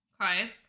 Okay